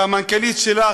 והמנכ"לית שלה,